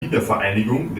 wiedervereinigung